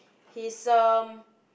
he's um